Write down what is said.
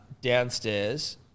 downstairs